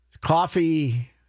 coffee